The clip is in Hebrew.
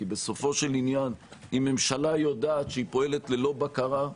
כי בסופו של עניין אם ממשלה יודעת שהיא פועלת ללא בקרה,